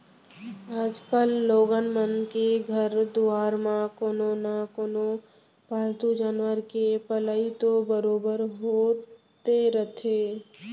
आजकाल लोगन मन के घर दुवार म कोनो न कोनो पालतू जानवर के पलई तो बरोबर होते रथे